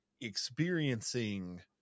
experiencing